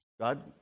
God